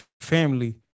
family